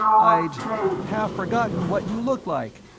i'd half forgotten what you looked like.